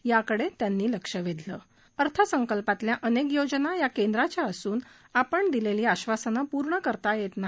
याकडे त्यांनी लक्ष वेधलं अर्थसंकल्पातील अनेक योजना या केंद्राच्या असून आपण दिलेली आश्वासन पूर्ण करता येत नाही